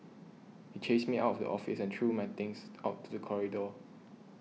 he chased me out of the office and threw my things out to the corridor